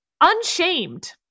unshamed